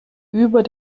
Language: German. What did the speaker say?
über